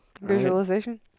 Visualization